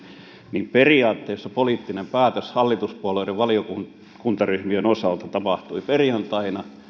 niin periaatteessa poliittinen päätös hallituspuolueiden valiokuntaryhmien osalta tapahtui perjantaina